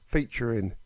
Featuring